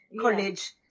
college